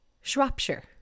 Shropshire